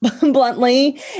bluntly